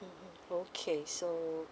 okay so